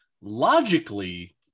logically